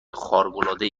خارقالعاده